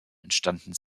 entstanden